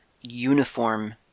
uniform